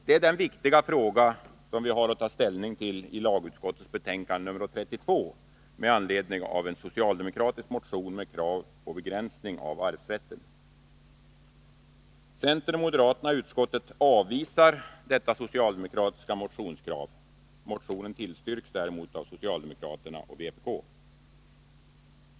Detta är den viktiga fråga som vi har att ta ställning till i lagutskottets betänkande nr 32 med anledning av en socialdemokratisk motion med krav på begränsning av arvsrätten. Centern och moderaterna i utskottet avvisar detta socialdemokratiska motionskrav. Motionen tillstyrks däremot av socialdemokraterna och vpk.